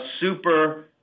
super